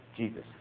Jesus